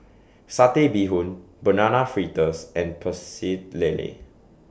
Satay Bee Hoon Banana Fritters and Pecel Lele